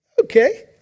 okay